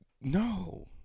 No